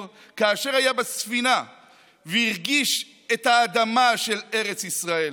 כאשר היה בספינה והרגיש את האדמה של ארץ ישראל.